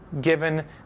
given